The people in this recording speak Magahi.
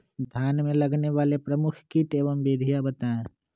धान में लगने वाले प्रमुख कीट एवं विधियां बताएं?